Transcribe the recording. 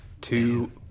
Two